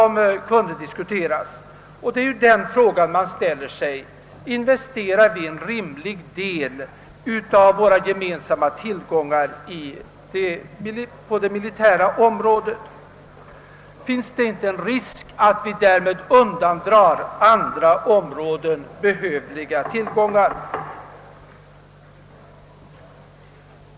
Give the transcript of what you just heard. Man ställer sig alltså frågan: Investerar vi en rimlig del av våra gemensamma tillgångar på det militära området? Finns det inte en risk att vi undandrar andra områden behövliga tillgångar?